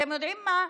אתם יודעים על מה?